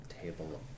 table